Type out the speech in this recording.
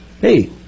hey